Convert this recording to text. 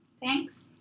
Thanks